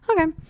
okay